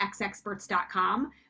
xexperts.com